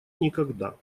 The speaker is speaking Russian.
никогда